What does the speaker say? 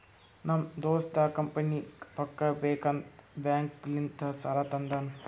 ನಮ್ ದೋಸ್ತ ಕಂಪನಿಗ್ ರೊಕ್ಕಾ ಬೇಕ್ ಅಂತ್ ಬ್ಯಾಂಕ್ ಲಿಂತ ಸಾಲಾ ತಂದಾನ್